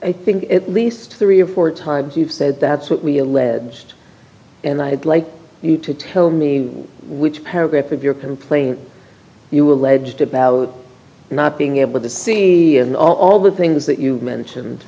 think at least three of four times you've said that's what we alleged and i'd like you to tell me which paragraph of your complaint you alleged about not being able to see all the things that you mentioned